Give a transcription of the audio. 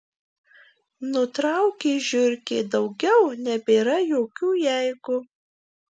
nutraukė žiurkė daugiau nebėra jokių jeigu